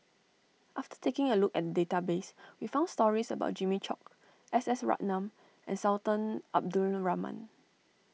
after taking a look at database we found stories about Jimmy Chok S S Ratnam and Sultan Abdul Rahman